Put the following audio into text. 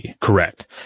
Correct